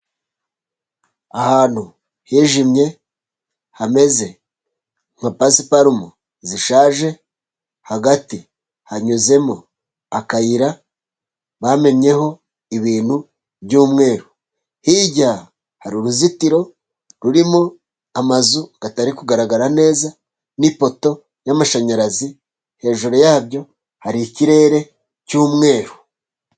Ahantu hijimye, hameze nka pasiparume zishaje, hagati hanyuzemo akayira bamennyeho ibintu by'umweru. Hirya hari uruzitiro rurimo amazu atari kugaragara neza, n'ipoto y'amashanyarazi, hejuru yabyo hari ikirere cy'umweru.